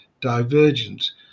divergence